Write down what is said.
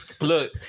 Look